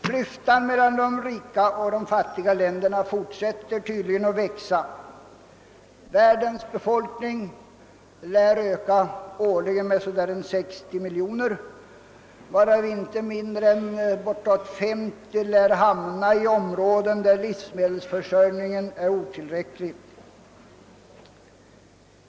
Klyftan mellan rika och fattiga länder fortsätter att växa. Värk dens befolkning ökar årligen med cirka 60 miljoner människor, varav inte mindre än omkring 50 miljoner i områden där livsmedelsförsörjningen är otillräcklig.